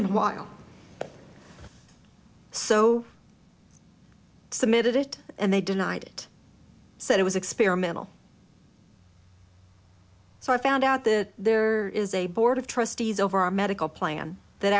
in a while so i submitted it and they denied it said it was experimental so i found out the there is a board of trustees over our medical plan that